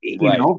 Right